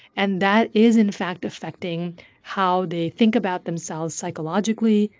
and that is, in fact, affecting how they think about themselves psychologically,